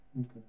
Okay